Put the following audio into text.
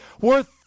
worth